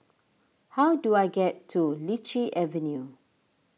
how do I get to Lichi Avenue